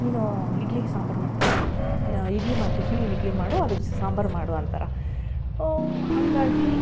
ನೀನು ಇಡ್ಲಿ ಸಾಂಬಾರು ಮಾಡ್ತೀಯ ಇಡ್ಲಿ ಮಾಡಿ ಟಿಫನಿಗೆ ಇಡ್ಲಿ ಮಾಡು ಅದಕ್ಕೆ ಸಾಂಬಾರು ಮಾಡು ಅಂತಾರೆ ಓ ಹಾಗಾಗಿ